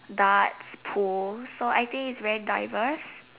darts pool so I think its very diverse